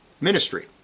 ministry